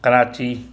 Karachi